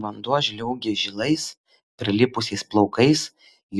vanduo žliaugė žilais prilipusiais plaukais